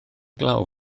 glaw